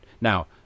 Now